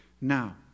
Now